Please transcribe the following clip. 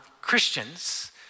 Christians